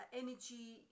energy